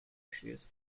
issues